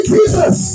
Jesus